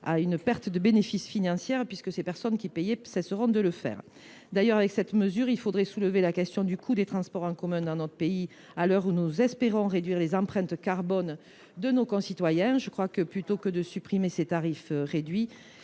à une perte de bénéfices financiers, puisque ces personnes qui paient leur titre de transport cesseront de le faire. D’ailleurs, au travers de cette mesure, il faudrait soulever la question du coût des transports en commun dans notre pays, à l’heure où nous espérons réduire l’empreinte carbone de nos concitoyens. Plutôt que de supprimer des tarifs réduits,